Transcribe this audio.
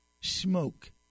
smoke